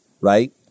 Right